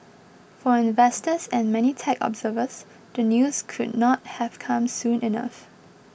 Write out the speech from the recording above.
for investors and many tech observers the news could not have come soon enough